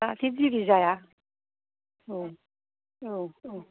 दा जे दिरि जाया औ औ औ